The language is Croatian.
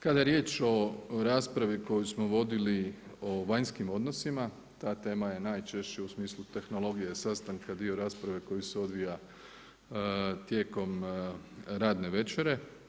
Kada je riječ o raspravi koju smo vodili o vanjskim odnosima ta tema je najčešće u smislu tehnologije sastanka dio rasprave koji se odvija tijekom radne večere.